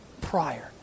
prior